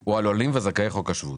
הוא על עולים וזכאי חוק השבות,